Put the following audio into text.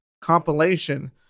compilation